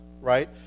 right